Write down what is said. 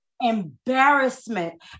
embarrassment